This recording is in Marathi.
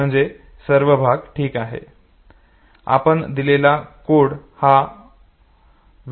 म्हणजे सर्व भाग ठीक आहे आपण दिलेला कोड हा वेळ आहे